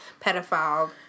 pedophile